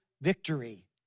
victory